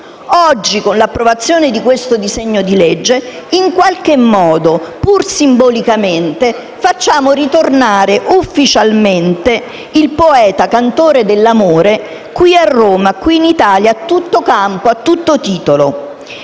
Oggi, con l'approvazione di questo disegno di legge, pur simbolicamente, facciamo ritornare ufficialmente il poeta, cantore dell'amore, qui a Roma, qui in Italia, a tutto campo e a tutto titolo.